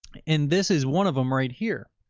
and this is one of them right here.